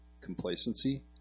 complacency